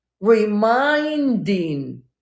reminding